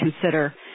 consider